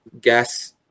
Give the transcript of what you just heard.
gas